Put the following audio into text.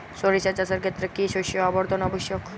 সরিষা চাষের ক্ষেত্রে কি শস্য আবর্তন আবশ্যক?